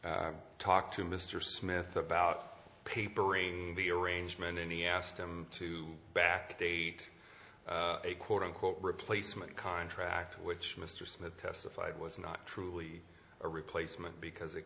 talked to mr smith about papering the arrangement any asked him to backdate a quote unquote replacement contract which mr smith testified was not truly a replacement because it